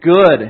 good